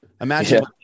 Imagine